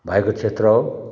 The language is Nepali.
भएको क्षेत्र हो